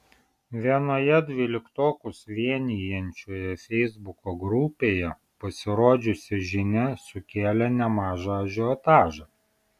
vienoje dvyliktokus vienijančioje feisbuko grupėje pasirodžiusi žinia sukėlė nemažą ažiotažą